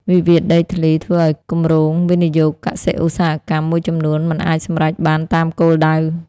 វិវាទដីធ្លីធ្វើឱ្យគម្រោងវិនិយោគកសិ-ឧស្សាហកម្មមួយចំនួន មិនអាចសម្រេចបានតាមគោលដៅ។